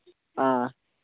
آ